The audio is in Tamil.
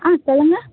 ஆ சொல்லுங்க